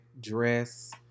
dress